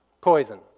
poison